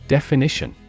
Definition